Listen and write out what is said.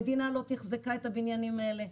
המדינה לא תחזקה את הבניינים האלה,